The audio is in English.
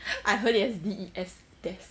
I heard it as D E S des